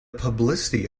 publicity